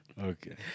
okay